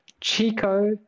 Chico